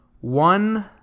one